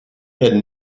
had